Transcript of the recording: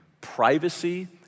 Privacy